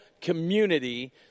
community